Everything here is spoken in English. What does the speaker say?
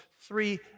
three